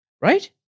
Right